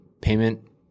payment